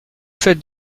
faites